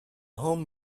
home